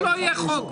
ולא יהיה חוק,